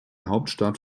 hauptstadt